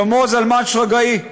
שלמה זלמן שרגאי,